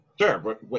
sure